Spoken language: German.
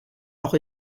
auch